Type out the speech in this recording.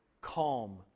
calm